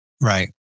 right